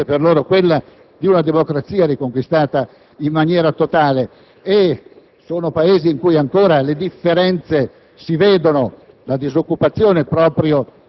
indubbiamente nuova ed entusiasmante per loro, quella di una democrazia riconquistata in maniera totale. Sono Paesi in cui ancora si vedono